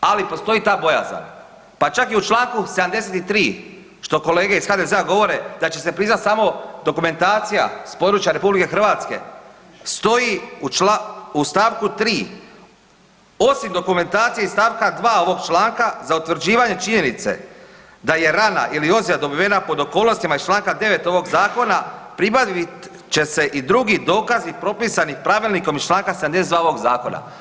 Ali postoji ta bojazan, pa čak i u članku 73. što kolege iz HDZ-a govore da će se priznati samo dokumentacija sa područja RH stoji u stavku 3. osim dokumentacije iz stavka 2. ovog članka za utvrđivanje činjenice da je rana ili ozljeda dobivena pod okolnostima iz članka 9. ovog Zakona pribavit će se i drugi dokazi propisani pravilnikom iz članka 72. ovog zakona.